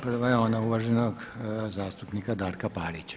Prva je ona uvaženog zastupnika Darka Parića.